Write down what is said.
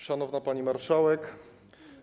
Szanowna Pani Marszałek!